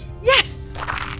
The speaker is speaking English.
Yes